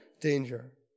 danger